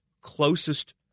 closest